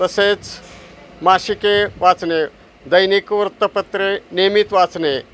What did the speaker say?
तसेच मासिके वाचने दैनिक वृत्तपत्रे नियमित वाचणे